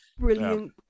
Brilliant